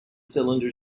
cylinder